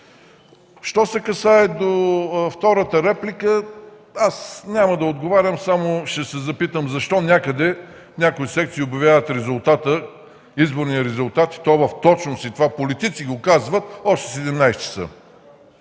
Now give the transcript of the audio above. Що се отнася до втората реплика, аз няма да отговарям, само ще се запитам защо някъде в някои секции обявяват изборния резултат, и то с точност, и това политици го казват, още в 17,00